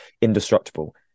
indestructible